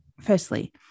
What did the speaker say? firstly